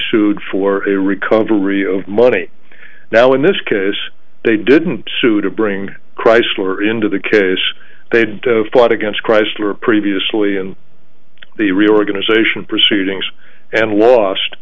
sued for a recovery of money now in this case they didn't sue to bring chrysler into the case they had fought against chrysler previously and the reorganization proceedings and lost